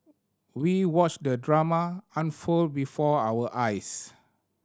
we watched the drama unfold before our eyes